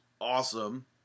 awesome